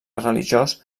religiós